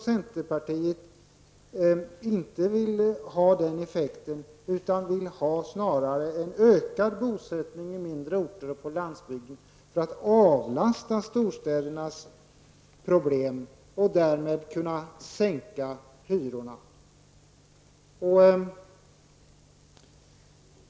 Centerpartiet vill inte ha den effekten, utan vi vill snarare ha en ökad bosättning på mindre orter och på landsbygden för att avlasta storstädernas problem och för att man därmed skall kunna sänka hyrorna.